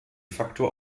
facto